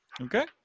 Okay